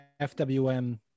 FWM